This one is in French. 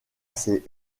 ces